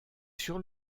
sur